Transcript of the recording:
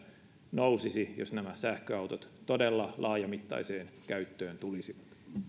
nousisi jos nämä sähköautot todella laajamittaiseen käyttöön tulisivat